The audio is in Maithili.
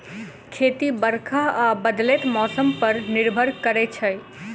खेती बरखा आ बदलैत मौसम पर निर्भर करै छै